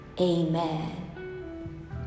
Amen